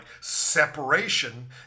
separation